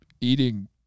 eating